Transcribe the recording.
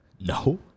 No